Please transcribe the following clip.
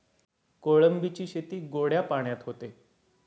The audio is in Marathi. कोळंबीची शेती गोड्या पाण्यात होते